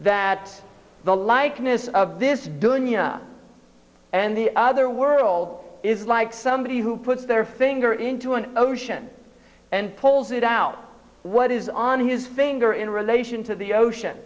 that the likeness of this doing yoga and the other world is like somebody who put their finger into an ocean and pulls it out what is on his finger in relation to the ocean